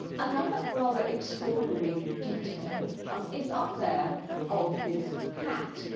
another rather extraordinary detail um is up there on his hat.